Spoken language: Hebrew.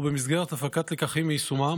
ובמסגרת הפקת לקחים מיישומה,